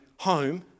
home